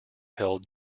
held